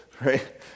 right